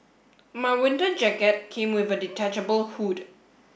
my winter jacket came with a detachable hood